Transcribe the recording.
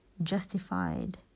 justified